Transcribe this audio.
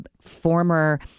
former